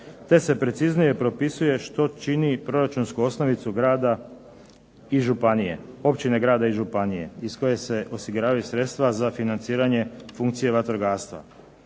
te se preciznije propisuje što čini proračunsku osnovicu grada, općine i županije iz koje se osiguravaju sredstva za financiranje funkcije vatrogastva.